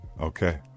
Okay